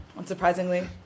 unsurprisingly